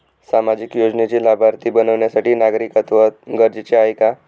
सामाजिक योजनेचे लाभार्थी बनण्यासाठी नागरिकत्व गरजेचे आहे का?